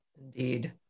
Indeed